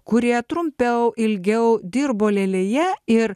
kurie trumpiau ilgiau dirbo lėlėje ir